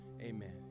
amen